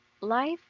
Life